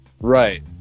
Right